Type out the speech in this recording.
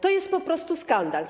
To jest po prostu skandal.